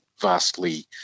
vastly